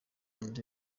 the